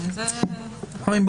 חברים,